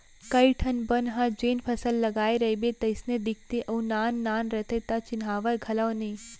कइ ठन बन ह जेन फसल लगाय रइबे तइसने दिखते अउ नान नान रथे त चिन्हावय घलौ नइ